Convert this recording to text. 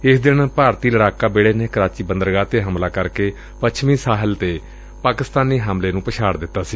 ਏਸ ਦਿਨ ਭਾਰਤੀ ਲੜਾਕਾ ਬੇੜੇ ਨੇ ਕਰਾਚੀ ਬੰਦਰਗਾਹ ਤੇ ਹਮਲਾ ਕਰਕੇ ਪੱਛਮੀ ਸਾਹਿਲ ਤੇ ਪਾਕਿਸਤਾਨੀ ਹਮਲੇ ਨੂੰ ਨਾਕਾਮ ਬਣਾ ਦਿੱਤਾ ਸੀ